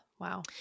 Wow